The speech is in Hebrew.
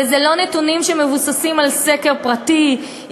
ואלה לא נתונים שמבוססים על סקר פרטי,